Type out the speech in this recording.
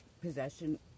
possession